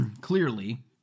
clearly